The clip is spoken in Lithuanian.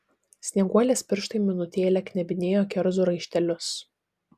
snieguolės pirštai minutėlę knebinėjo kerzų raištelius